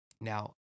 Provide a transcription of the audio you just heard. now